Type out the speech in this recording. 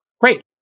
Great